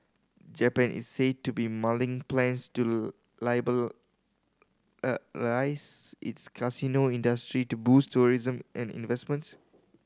Japan is said to be mulling plans to its casino industry to boost tourism and investments